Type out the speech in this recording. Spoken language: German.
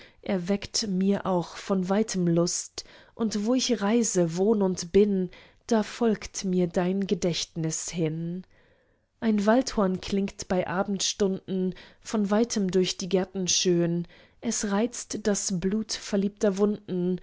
erweckt mir auch von weitem lust und wo ich reise wohn und bin da folgt mir dein gedächtnis hin ein waldhorn klingt bei abendstunden von weitem durch die gärten schön es reizt das blut verliebter wunden